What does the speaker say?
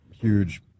huge